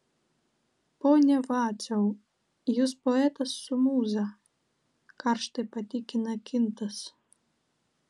pone vaciau jūs poetas su mūza karštai patikina kintas